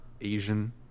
Asian